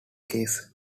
case